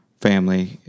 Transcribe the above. family